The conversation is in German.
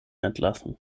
entlassen